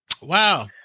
wow